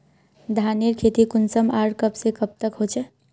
धानेर खेती कुंसम आर कब से कब तक होचे?